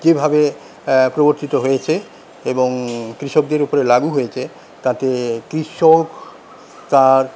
কীভাবে প্রবর্তিত হয়েছে এবং কৃষকদের উপরে লাগু হয়েছে তাতে কৃষক তার